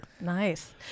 Nice